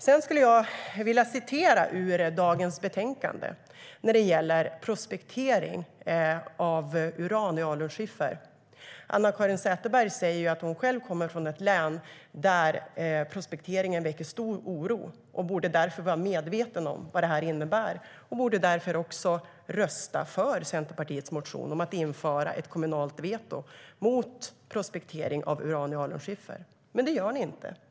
Jag skulle vilja läsa ur dagens betänkande när det gäller prospektering av uran i alunskiffer. Anna-Caren Sätherberg säger att hon själv kommer från ett län där prospekteringen väcker stor oro, och hon borde därför vara medveten om vad den innebär. Hon borde därför också rösta för Centerpartiets motion om att införa en möjlighet att lägga in ett kommunalt veto mot prospektering av uran i alunskiffer. Men det gör ni inte.